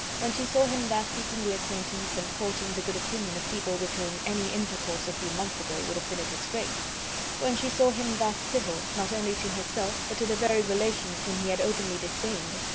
when she saw him thus seeking the acquaintance and courting the good opinion of people with whom any intercourse a few months ago would have been a disgrace when she saw him thus civil, not only to herself, but to the very relations whom he had openly disdained,